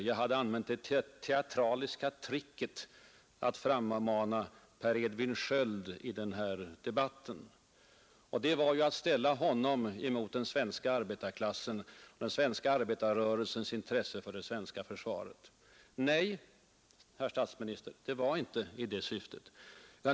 Jag var teatralisk och jag använde ”tricket” att frammana Per Edvin Sköld i dagens debatt, i syfte att ställa honom och hans uppfattning emot den svenska arbetarklassen och den svenska arbetarrörelsens intresse för det svenska försvaret. Nej, herr statsminister, det var inte i det syftet!